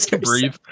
breathe